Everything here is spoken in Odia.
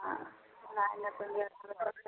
ହଁ ଲାଇନ୍